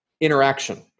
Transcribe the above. interaction